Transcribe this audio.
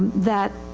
that,